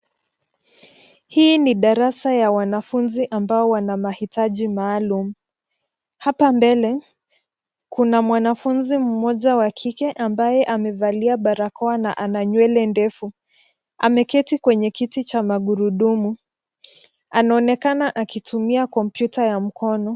Hii ni darasa ya wanafuzi ambao wanamahitaji maalum. Apa mbele kuna mwanafuzi mmoja wa kike ambaye amevalia barakoa na ana nywele ndefu. Ameketi kwenye kiti cha magurudumu. Anaonekana akitumia kompyuta ya mkono.